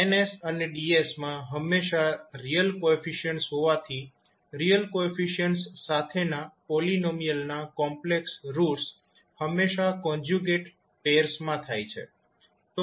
N અને D માં હંમેશા રિયલ કોએફિશિયન્ટસ હોવાથી રિયલ કોએફિશિયન્ટસ સાથેના પોલીનોમિયલના કોમ્પ્લેક્સ રૂટ્સ હંમેશાં કોન્જ્યુગેટ પૈર્સ માં થાય છે